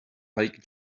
like